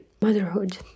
motherhood